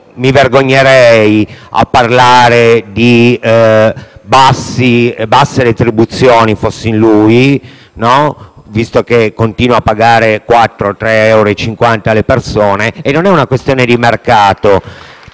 Mi vergognerei a parlare di basse retribuzioni, fossi in lui, visto che continua a pagare le persone 4 o 3,50 euro l'ora. Non è una questione di mercato